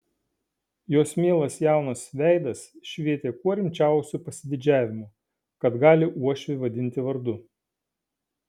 jos mielas jaunas veidas švietė kuo rimčiausiu pasididžiavimu kad gali uošvį vadinti vardu